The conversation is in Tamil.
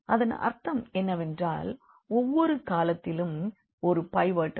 அதன் அர்த்தம் என்னவென்றால் ஒவ்வொரு காலத்திலும் ஒரு பைவோட் இருக்கும்